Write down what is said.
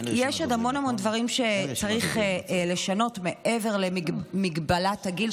יש עוד המון המון דברים שצריך לשנות מעבר למגבלת הגיל,